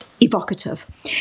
evocative